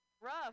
rough